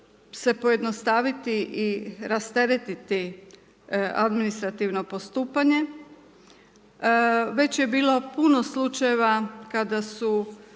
se pojednostaviti i rasteretiti administrativno postupanje. Već je bilo puno slučajeva kada su